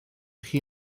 chi